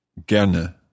Gerne